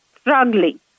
struggling